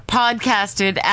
podcasted